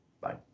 Bye